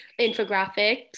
infographics